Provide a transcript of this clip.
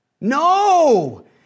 No